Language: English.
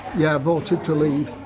yeah, i voted to leave.